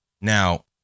Now